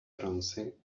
bronce